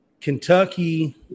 Kentucky